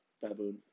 Baboon